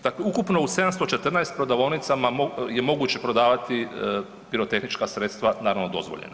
Dakle, ukupno u 714 prodavaonica je moguće prodavati pirotehnička sredstva, naravno dozvoljena.